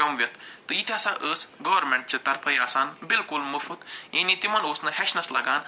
کَموِتھ تہٕ یہِ تہِ ہسا ٲس گورمٮ۪نٛٹ چہِ طرفَے آسان بِلکُل مُفت یعنی تِمَن اوس نہٕ ہیٚچھنَس لگان